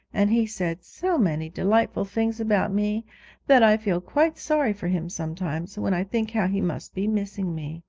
and he said so many delightful things about me that i feel quite sorry for him sometimes, when i think how he must be missing me.